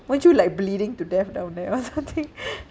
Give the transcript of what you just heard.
weren't you like bleeding to death down there it was I think